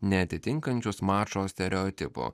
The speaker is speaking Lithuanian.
neatitinkančius mačo stereotipo